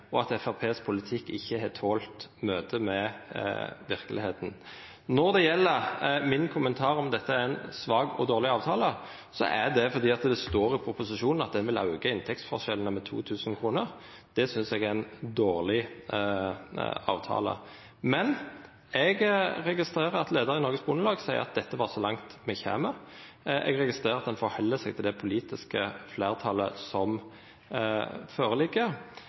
at Framstegspartiet sin politikk ikkje har tolt møtet med verkelegheita. Når det gjeld min kommentar om at dette er ein svak og dårleg avtale, er det fordi det står i proposisjonen at han vil auka inntektsforskjellane med 2 000 kr. Det synest eg er ein dårleg avtale. Men eg registrerer at leiaren i Noregs Bondelag sa at dette var så langt ein kom. Eg registrerer at ein held seg til det politiske fleirtalet som